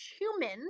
humans